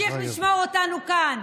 ותמשיך לשמור אותנו כאן.